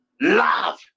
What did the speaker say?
Love